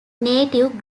native